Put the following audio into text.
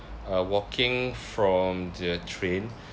uh walking from the train